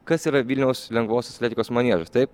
kas yra vilniaus lengvosios atletikos maniežas taip